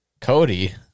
Cody